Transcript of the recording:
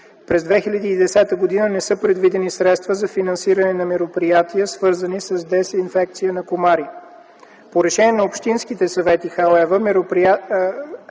през 2010 г. не са предвидени средства за финансиране на мероприятия, свързани с дезинфекция на комари. По решение на общинските съвети –